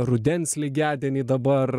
rudens lygiadienį dabar